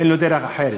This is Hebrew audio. אין לו דרך אחרת,